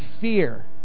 fear